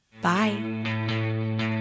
Bye